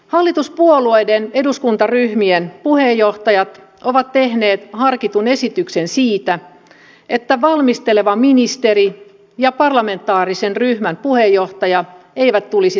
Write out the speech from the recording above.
hallituspuolueiden eduskuntaryhmien puheenjohtajat ovat tehneet harkitun esityksen siitä että valmisteleva ministeri ja parlamentaarisen ryhmän puheenjohtaja eivät tulisi samasta puolueesta